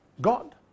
God